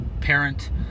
parent